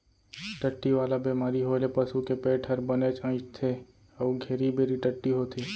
टट्टी वाला बेमारी होए ले पसू के पेट हर बनेच अइंठथे अउ घेरी बेरी टट्टी होथे